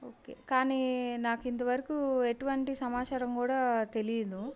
okay కానీ నాకు ఇంతవరకు ఎటువంటి సమాచారం కూడా తెలియదు